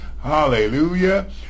hallelujah